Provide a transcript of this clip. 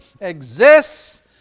exists